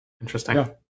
interesting